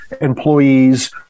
employees